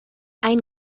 ein